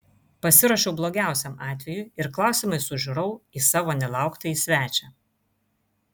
pasiruošiau blogiausiam atvejui ir klausiamai sužiurau į savo nelauktąjį svečią